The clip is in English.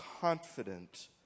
confident